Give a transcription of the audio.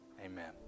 amen